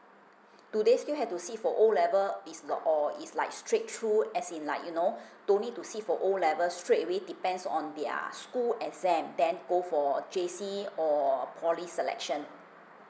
do they still have to sit for O level is your or is like straight through as in like you know don't need to sit for O level straight away depends on their school exam then go for J_C or poly selection